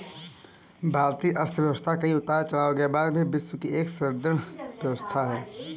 भारतीय अर्थव्यवस्था कई उतार चढ़ाव के बाद भी विश्व की एक सुदृढ़ व्यवस्था है